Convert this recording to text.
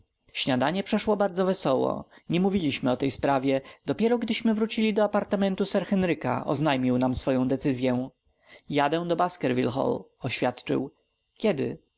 śniadanie przeszło bardzo wesoło nie mówiliśmy o tej sprawie dopiero gdyśmy wrócili do apartamentu sir henryka oznajmił nam swoją decyzyę jadę do baskerville hall oświadczył kiedy